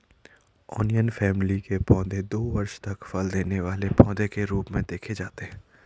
onion family के पौधे दो वर्ष तक फल देने वाले पौधे के रूप में देखे जाते हैं